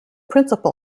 principal